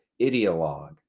ideologue